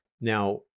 now